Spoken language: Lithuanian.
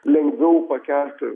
lengviau pakelti